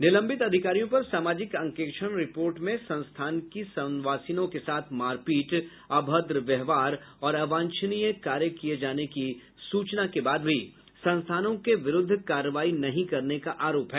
निलंबित अधिकारियों पर सामाजिक अंकेक्षण रिपोर्ट में संस्थान की संवासिनों के साथ मारपीट अभ्रद व्यवहार और अवांछित कार्य किये जाने की सूचना के बाद भी संस्थानों के विरूद्व कार्रवाई नहीं करने का आरोप है